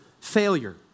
failure